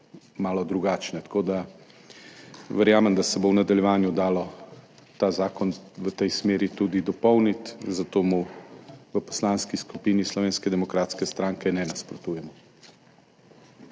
malo drugačne. Verjamem, da se bo v nadaljevanju dalo ta zakon v tej smeri tudi dopolniti, zato mu v Poslanski skupini Slovenske demokratske stranke ne nasprotujemo.